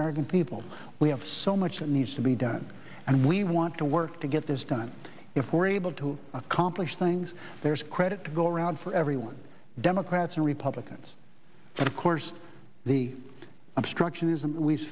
american people we have so much that needs to be done and we want to work to get this done if we're able to accomplish things there's credit to go around for everyone democrats and republicans but of course the obstructionis